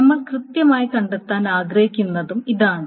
നമ്മൾ കൃത്യമായി കണ്ടെത്താൻ ആഗ്രഹിക്കുന്നതും ഇതാണ്